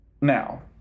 Now